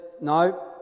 no